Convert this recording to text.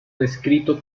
descrito